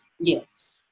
Yes